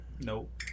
Nope